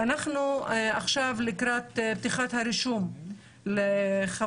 אנחנו עכשיו לקראת פתיחת הרישום לנבחרת